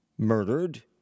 Murdered